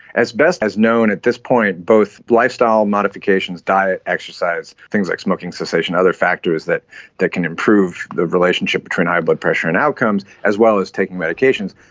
as best as known at this point, both lifestyle modifications, diet, exercise, things like smoking cessation, other factors that that can improve the relationship between high blood pressure and outcomes, as well as taking medications,